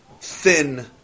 thin